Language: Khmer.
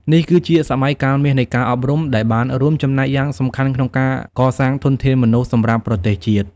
នេះគឺជាសម័យកាលមាសនៃការអប់រំ ដែលបានរួមចំណែកយ៉ាងសំខាន់ក្នុងការកសាងធនធានមនុស្សសម្រាប់ប្រទេសជាតិ។